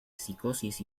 psicosis